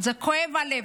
כואב הלב.